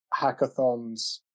hackathons